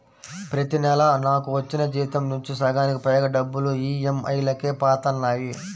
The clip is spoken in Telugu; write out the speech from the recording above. ప్రతి నెలా నాకు వచ్చిన జీతం నుంచి సగానికి పైగా డబ్బులు ఈఎంఐలకే పోతన్నాయి